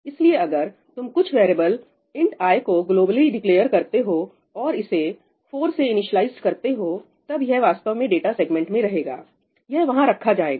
इसलिए अगर तुम कुछ वेरीएबल int i को ग्लोबली डिक्लेअर करते होऔर इसे 4 से इनिस्लाइजड करते हो तब यह वास्तव में डाटा सेगमेंट में रहेगायह वहां रखा जाएगा